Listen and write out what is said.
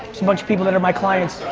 bunch of people that are my clients.